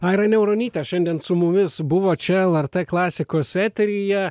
aira niauronytė šiandien su mumis buvo čia lrt klasikos eteryje